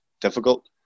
difficult